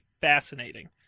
fascinating